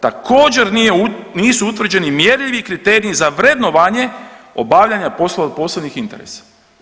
Također nisu utvrđeni mjerljivi kriteriji za vrednovanje obavljanja poslova od posebnih interesa.